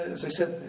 as i said,